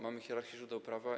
Mamy hierarchię źródeł prawa.